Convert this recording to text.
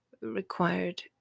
required